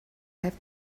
have